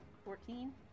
Fourteen